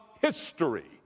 history